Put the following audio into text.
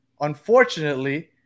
unfortunately